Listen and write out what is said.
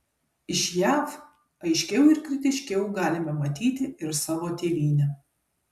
iš jav aiškiau ir kritiškiau galime matyti ir savo tėvynę